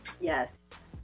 Yes